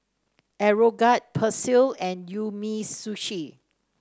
Aeroguard Persil and Umisushi